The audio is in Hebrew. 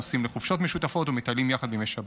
נוסעים לחופשות משותפות ומטיילים יחד בימי שבת.